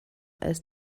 als